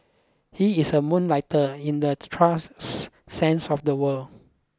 he is a moonlighter in the trusts sense of the world